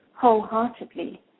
wholeheartedly